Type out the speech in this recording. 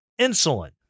insulin